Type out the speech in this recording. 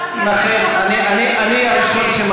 בגלל זה אני חושבת שחשוב שהפסקה על ההסתה תהיה בספר.